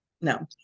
no